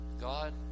God